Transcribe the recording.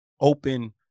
open